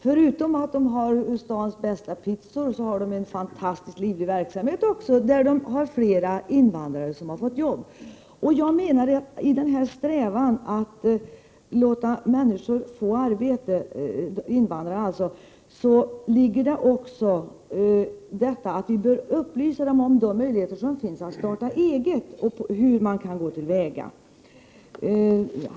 Förutom att de har stans bästa pizzor har de också en fantastiskt livaktig verksamhet där flera invandrare har fått jobb. I den här strävan att ge invandrare arbete ligger också att vi bör upplysa dem om möjligheten att starta eget och hur man kan gå till väga då.